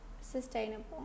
sustainable